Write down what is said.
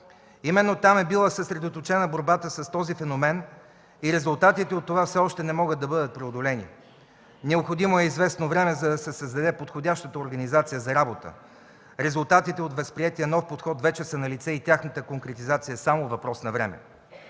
Именно там е била съсредоточена борбата с този феномен и резултатите от това все още не могат да бъдат преодолени. Необходимо е известно време, за да се създаде подходящата организация за работа. Резултатите от възприетия нов подход вече са налице и тяхната конкретизация е само въпрос на време.